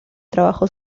trabajo